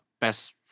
Best